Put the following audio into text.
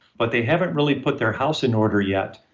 but they haven't really put their house in order yet.